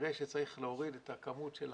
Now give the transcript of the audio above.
כנראה שצריך להוריד את הכמות של